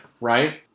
right